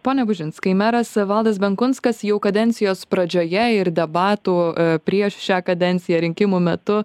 pone gudžinskai meras valdas benkunskas jau kadencijos pradžioje ir debatų prieš šią kadenciją rinkimų metu